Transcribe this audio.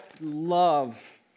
love